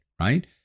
right